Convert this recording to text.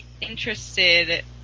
interested